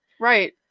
Right